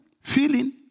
Feeling